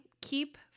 keep